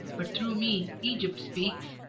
but through me egypt speaks,